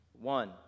One